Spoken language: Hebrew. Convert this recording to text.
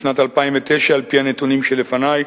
בשנת 2009, על-פי הנתונים שלפני,